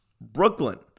Brooklyn